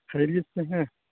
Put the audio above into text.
خیریت سے ہیں